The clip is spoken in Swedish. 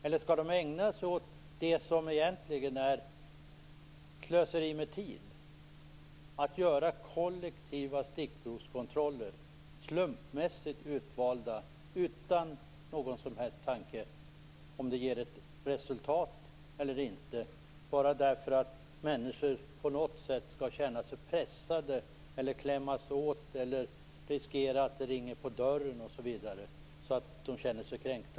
Eller skall de ägna sig åt sådant som egentligen är slöseri med tid: kollektiva stickprovskontroller på slumpmässigt utvalda, utan någon som helst tanke på om det ger ett resultat eller inte, utan bara för att människor på något sätt skall klämmas åt, känna sig pressade av att det kan ringa på dörren osv., så att de känner sig kränkta?